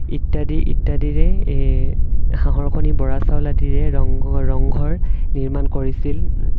ইত্যাদি ইত্যাদিৰে এই হাঁহৰ কণী বৰা চাউল আদিৰে ৰংগৰ ৰংঘৰ নিৰ্মাণ কৰিছিল